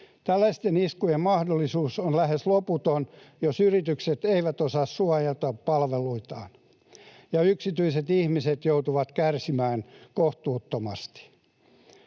Tällaisten iskujen mahdollisuus on lähes loputon, jos yritykset eivät osaa suojata palveluitaan. Ja yksityiset ihmiset joutuvat kärsimään kohtuuttomasti.